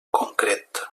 concret